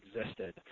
existed